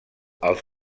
els